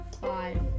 five